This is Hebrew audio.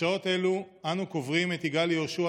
בשעות אלו אנו קוברים את יגאל יהושע,